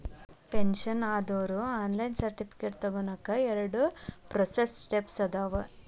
pension ಆದೋರು online certificate ತೊಗೋನಕ ಎರಡ ಪ್ರೋಸೆಸ್ ಸ್ಟೆಪ್ಸ್ ಅದಾವ